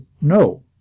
no